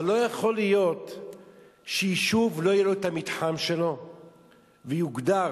אבל לא יכול להיות שליישוב לא יהיה המתחם שלו והוא יוגדר